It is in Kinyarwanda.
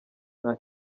nta